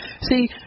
See